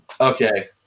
Okay